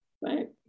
right